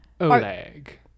Oleg